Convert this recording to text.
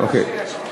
אוקיי.